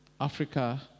Africa